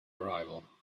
arrival